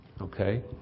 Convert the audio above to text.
Okay